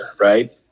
right